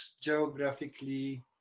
geographically